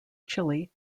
chilly